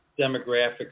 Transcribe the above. demographics